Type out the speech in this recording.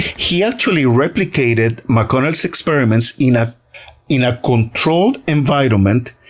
he actually replicated mcconnell's experiments in ah in a controlled environment,